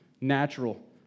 natural